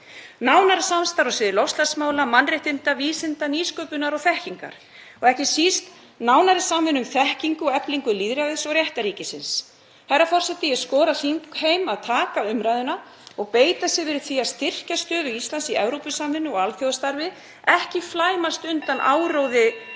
nánara samstarf á sviði loftslagsmála, mannréttinda, vísinda, nýsköpunar og þekkingar og ekki síst nánari samvinnu um þekkingu og eflingu lýðræðis og réttarríkisins. Herra forseti. Ég skora á þingheim að taka umræðuna og beita sér fyrir því að styrkja stöðu Íslands í Evrópusamvinnu og alþjóðastarfi, ekki flæmast undan áróðri